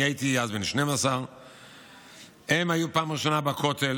אני הייתי אז בן 12. הם היו פעם ראשונה בכותל,